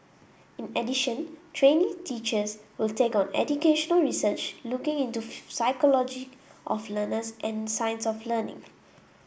in addition trainee teachers will take on educational research looking into the psychology of learners and science of learning